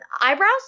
eyebrows